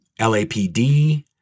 LAPD